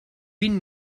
vint